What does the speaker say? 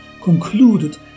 concluded